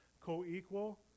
co-equal